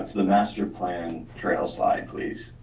the master plan trail slide, please.